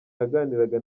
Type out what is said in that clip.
yaganiraga